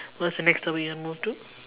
what's the next stop you want move to